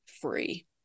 free